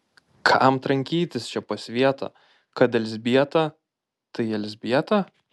kam trankytis čia po svietą kad elzbieta tai elzbieta